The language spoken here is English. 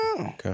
Okay